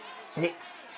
six